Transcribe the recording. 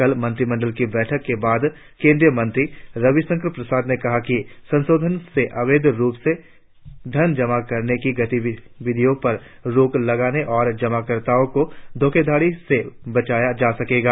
कल मंत्रिमंडल की बैठक के बाद केंद्रीयमंत्री रविशंकर प्रसाद ने कहा कि संशोधनों से अवैध रुप से धन जमा करने की गतिविधियों पर रोक लगाने और जमा कर्ताओं को धोखाधड़ी से बचाया जा सकेगा